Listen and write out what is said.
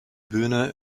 bühne